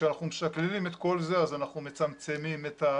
כשאנחנו משקללים את כל זה אז אנחנו מצמצמים ומתאמים